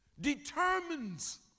determines